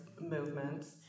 movements